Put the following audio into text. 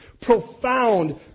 Profound